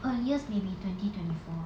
earliest may be twenty twenty four